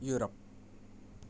Europe